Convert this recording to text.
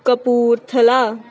Kapurthala